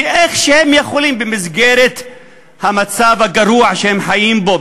כמו שהם יכולים במסגרת המצב הגרוע שהם חיים בו,